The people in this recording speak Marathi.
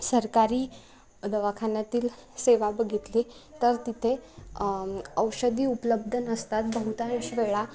सरकारी दवाखान्यातील सेवा बघितली तर तिथे औषधी उपलब्ध नसतात बहुतांश वेळा